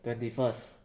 twenty first